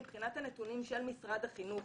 מבחינת הנתונים של משרד החינוך,